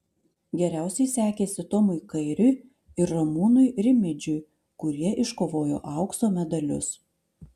geriausiai sekėsi tomui kairiui ir ramūnui rimidžiui kurie iškovojo aukso medalius